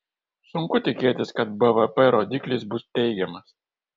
sunku tikėtis kad bvp rodiklis bus teigiamas